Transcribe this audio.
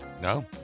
No